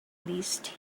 least